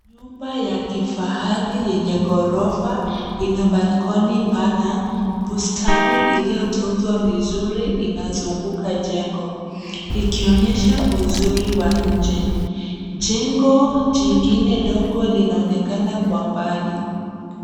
Nyumba ya kifahari yenye ghorofa ina [csbalcony pana. Bustani iliyotunzwa vizuri inazunguka jengo, ikionyesha uzuri wa nje. Jengo jingine dogo linaonekana kwa mbali.